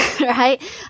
Right